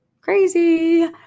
Crazy